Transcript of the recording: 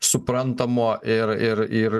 suprantamo ir ir ir